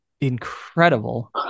incredible